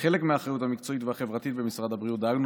כחלק מהאחריות המקצועית והחברתית במשרד הבריאות דאגנו